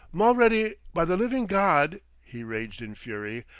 mulready, by the living god! he raged in fury.